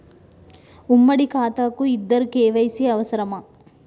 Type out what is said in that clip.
ఉమ్మడి ఖాతా కు ఇద్దరు కే.వై.సీ అవసరమా?